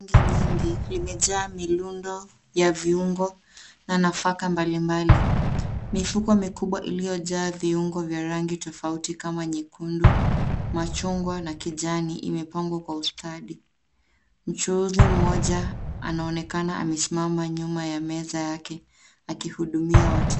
Nyingi limejaa milundo ya viungo na nafaka mbalimbali. Mifuko mikubwa iliyojaa viungo vya rangi tofauti kama nyekundu, machungwa na kijani imepangwa kwa ustadi. Mchuuzi mmoja anaonekana amesimama nyuma ya meza yake akihudumia wateja.